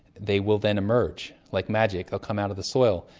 they will then emerge like magic, they'll come out of the soil.